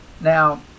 Now